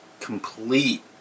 complete